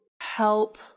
help